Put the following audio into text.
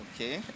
Okay